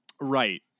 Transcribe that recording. Right